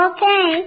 Okay